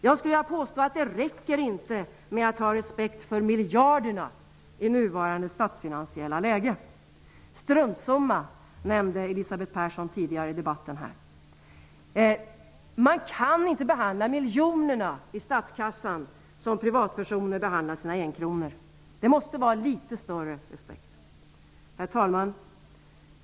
Jag vill påstå att det inte räcker att ha respekt för miljarderna i nuvarande statsfinasiella läge. Elisabeth Persson talade tidigare i debatten om ''en struntsumma''. Man kan inte behandla miljonerna i statskassan som privatpersoner behandlar sina enkronor. Man måste visa litet större respekt. Herr talman!